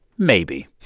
maybe.